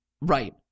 Right